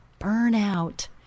burnout